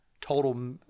total